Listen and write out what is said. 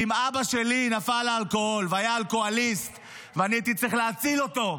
ואם אבא שלי נפל לאלכוהול והיה אלכוהוליסט ואני הייתי צריך להציל אותו,